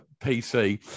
PC